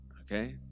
Okay